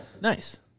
Nice